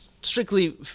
strictly